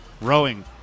rowing